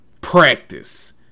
practice